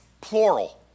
plural